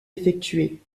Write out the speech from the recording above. effectuées